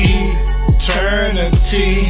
eternity